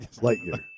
Lightyear